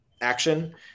action